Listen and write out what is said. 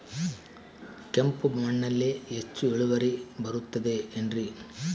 ಕೆಂಪು ಮಣ್ಣಲ್ಲಿ ಹೆಚ್ಚು ಇಳುವರಿ ಬರುತ್ತದೆ ಏನ್ರಿ?